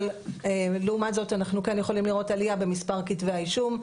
אבל לעומת זאת אנחנו כן יכולים לראות עלייה במס' כתבי האישום,